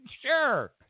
sure